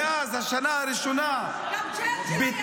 מאז השנה הראשונה -- גם צ'רצ'יל היה ב-1922.